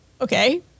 Okay